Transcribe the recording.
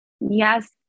yes